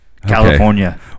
California